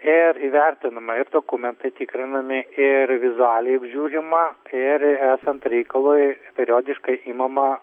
ir įvertinama ir dokumentai tikrinami ir vizualiai apžiūrima ir esant reikalui periodiškai imama